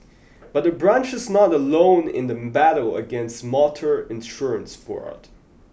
but the branch is not alone in the battle against motor insurance fraud